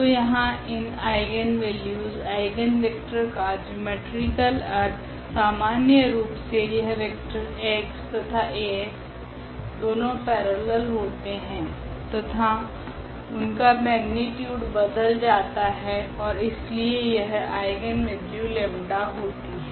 तो यहाँ इन आइगनवेल्यूस आइगनवेक्टर का ज्योमेट्रिकल अर्थ सामान्य रूप मे यह वेक्टर x तथा Ax दोनों पेरेलल होते है तथा उनका मग्नीट्यूड बदल जाता है ओर इसलिए यह आइगनवेल्यू लेम्डा 𝜆 होती है